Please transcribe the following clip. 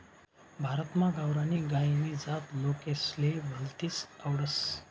भारतमा गावरानी गायनी जात लोकेसले भलतीस आवडस